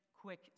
quick